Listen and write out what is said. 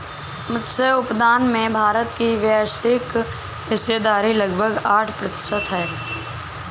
मत्स्य उत्पादन में भारत की वैश्विक हिस्सेदारी लगभग आठ प्रतिशत है